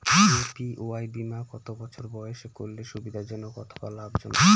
APY বীমা কত বছর বয়সে করলে সুবিধা জনক অথবা লাভজনক?